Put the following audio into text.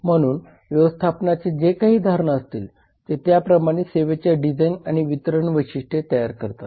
म्हणून व्यवस्थापनाचे जे काही धारणा असतील ते त्या प्रमाणे सेवेच्या डिझाइन आणि वितरण वैशिष्ट्ये तयार करतात